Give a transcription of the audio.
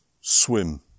swim